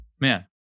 man